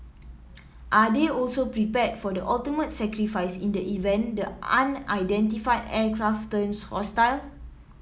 are they also prepared for the ultimate sacrifice in the event the unidentified aircraft turns hostile